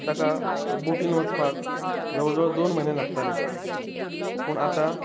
ताका बोटीन वचपाक जवळ जवळ दोन म्हयने लागताले पूण आतां